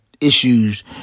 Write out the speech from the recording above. issues